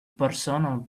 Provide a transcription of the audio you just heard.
personal